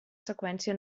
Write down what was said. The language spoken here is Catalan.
seqüència